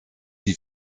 die